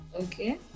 okay